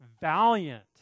valiant